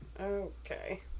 Okay